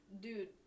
Dude